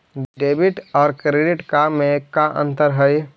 Debit और credit card में का अंतर हइ?